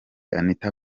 anita